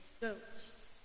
goats